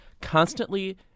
constantly